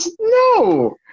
No